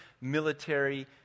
military